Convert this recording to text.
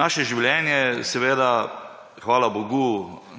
naše življenje, hvala bogu,